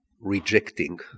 rejecting